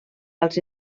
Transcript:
als